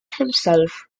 himself